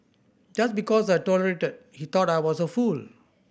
just because I tolerated he thought I was a fool